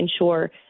ensure –